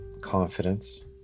confidence